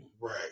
Right